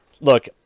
look